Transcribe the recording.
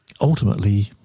ultimately